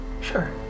sure